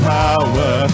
power